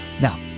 Now